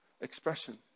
expression